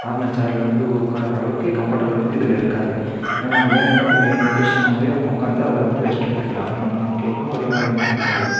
normal சேர்ல வந்து உட்கார அளவுக்கு கம்ஃபர்ட்டபிள் வந்து இதில் இருக்காது ஏன்னா நமக்கு வேணுங்கிற மாதிரி வேணுங்கிற பொஷிஷன் மாதிரி நம்ம உட்காந்து அதில் வந்து ரெஸ்ட் எடுத்துக்கலாம் ஏன்னா நமக்கு எப்பவும் ஒரே மாதிரி மைண்ட் இருக்காது